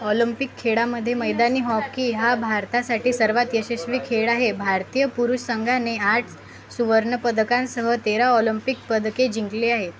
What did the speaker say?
Olympic खेळामध्ये मैदानी hockey हा भारतासाठी सर्वात यशस्वी खेळ आहे भारतीय पुरुष संघाने आठ सुवर्ण पदकांसह तेरा ऑलंपिक पदके जिंकली आहेत